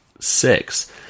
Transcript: Six